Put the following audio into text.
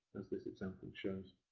as this example shows.